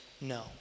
no